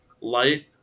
Light